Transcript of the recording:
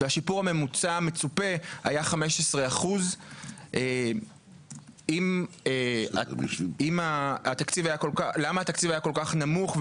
והשיפור הממוצע המצופה היה 15%. למה התקציב היה כל כך נמוך,